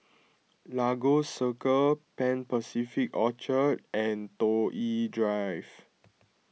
Lagos Circle Pan Pacific Orchard and Toh Yi Drive